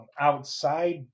outside